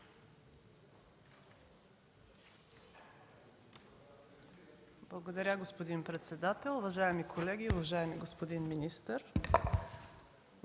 Благодаря, господин председател. Уважаеми колеги! Уважаеми господин министър,